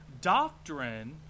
doctrine